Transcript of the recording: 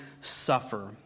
suffer